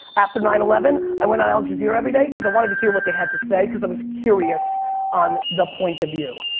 after nine eleven, i went on al jazeera every day because i wanted to hear what they had to say because i was curious on the point of view.